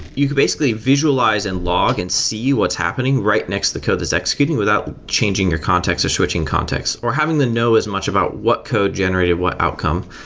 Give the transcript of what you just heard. you could basically visualize and log and see what's happening right next the code that's executing without changing your context or switching context or having to know as much about what code generated what outcome,